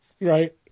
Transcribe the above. Right